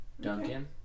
Duncan